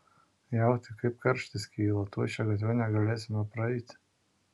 jauti kaip karštis kyla tuoj šia gatve negalėsime praeiti